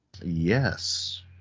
Yes